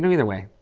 um either way,